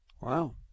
wow